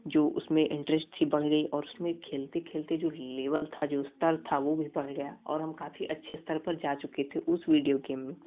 जो उसमें इन्टरेस्ट थी बढ़ गई और उसमें खेलते खेलते जो लेवल था जो स्तर था वो भी बढ़ गया और हम काफ़ी अच्छे स्तर पर जा चुके थे उस विडिओ गेम